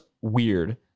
weird